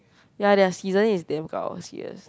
ya their seasoning is damn gao serious